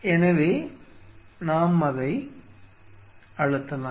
எனவே நாம் அதை அழுத்தலாம்